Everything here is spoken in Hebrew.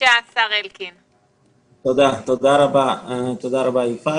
תודה רבה, יפעת.